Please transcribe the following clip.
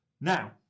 Now